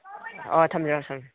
ꯑꯣ ꯊꯝꯖꯔꯦ ꯊꯝꯖꯔꯦ